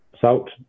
salt